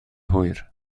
hwyr